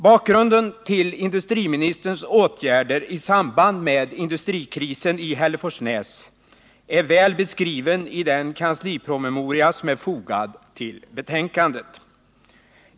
Bakgrunden till industriministerns åtgärder i samband med industrikrisen i Hälleforsnäs är väl beskriven i den kanslipromemoria som är fogad till betänkandet.